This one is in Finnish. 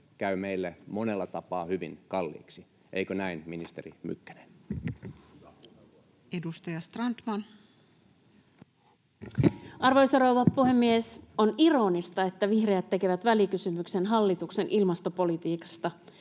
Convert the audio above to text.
käy meille monella tapaa hyvin kalliiksi. Eikö näin, ministeri Mykkänen? Edustaja Strandman. Arvoisa rouva puhemies! On ironista, että vihreät tekevät välikysymyksen hallituksen ilmastopolitiikasta.